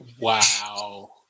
Wow